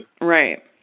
Right